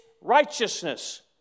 righteousness